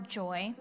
joy